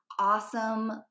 awesome